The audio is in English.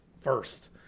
first